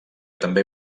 també